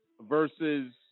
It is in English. versus